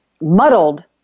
muddled